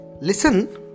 listen